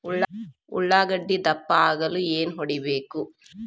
ಉಳ್ಳಾಗಡ್ಡೆ ದಪ್ಪ ಆಗಲು ಏನು ಹೊಡಿಬೇಕು?